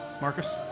Marcus